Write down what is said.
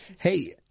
Hey